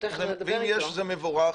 אם יש זה מבורך.